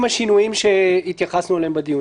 עם השינויים שהתייחסנו אליהם בדיונים.